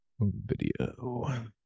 Video